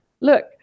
Look